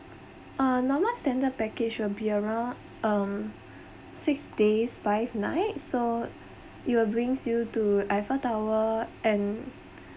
uh normal standard package will be around um six days five nights so it will brings you to Eiffel tower and